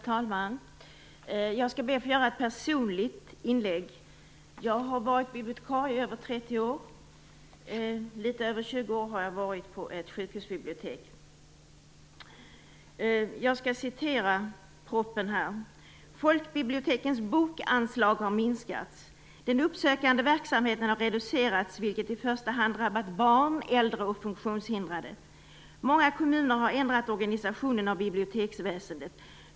Herr talman! Jag skall be att få göra ett personligt inlägg. Jag har varit bibliotekarie i över 30 år, i litet över 20 år på ett sjukhusbibliotek. Jag skall här citera ur propositionen: "Folkbibliotekens bokanslag har minskats. Den uppsökande verksamheten har reducerats, vilket i första hand drabbat barn, äldre och funktionshindrade. Många kommuner har ändrat organisationen av biblioteksväsendet.